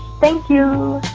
thank you